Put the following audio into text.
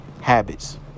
Habits